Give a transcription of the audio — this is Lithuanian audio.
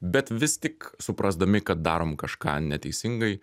bet vis tik suprasdami kad darom kažką neteisingai